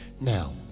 Now